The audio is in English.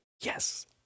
Yes